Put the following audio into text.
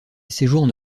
séjourne